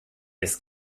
ist